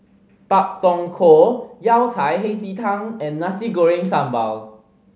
Pak Thong Ko Yao Cai Hei Ji Tang and Nasi Goreng Sambal